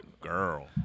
girl